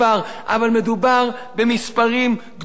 אבל מדובר במספרים גדולים.